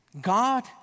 God